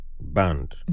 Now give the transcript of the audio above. band